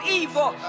evil